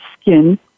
skin